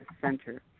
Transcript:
Center